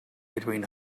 between